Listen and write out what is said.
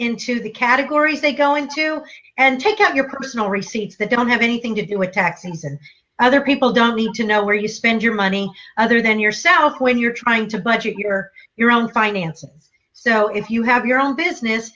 into the category think go into and take out your personal receipts that don't have anything to do with taxes and other people don't need to know where you spend your money other than yourself when you're trying to budget your your own finances so if you have your own business